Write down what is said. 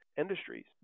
industries